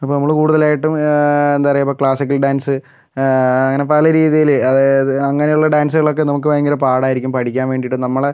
അപ്പം നമ്മൾ കൂടുതലായിട്ടും എന്താ പറയുക ഇപ്പം ക്ലാസിക്കൽ ഡാൻസ് അങ്ങനെ പല രീതിയിൽ അതായത് അങ്ങനെയുള്ള ഡാൻസുകളൊക്കെ നമുക്ക് ഭയങ്കര പാടായിരിക്കും പഠിക്കാൻ വേണ്ടിയിട്ട് നമ്മളുടെ